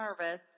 nervous